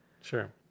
Sure